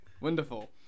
wonderful